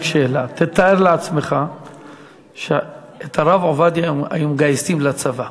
רק שאלה: תאר לעצמך שאת הרב עובדיה היו מגייסים לצבא.